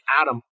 Adam